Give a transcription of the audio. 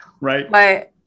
Right